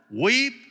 weep